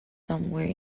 somewhere